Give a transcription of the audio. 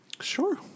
Sure